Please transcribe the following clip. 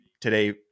today